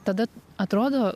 tada atrodo